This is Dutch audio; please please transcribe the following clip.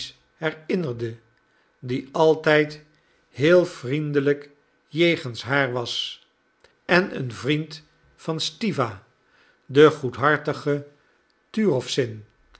die altijd heel vriendelijk jegens haar was en een vriend van stiwa den goedhartigen turowzin